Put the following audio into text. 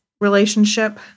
relationship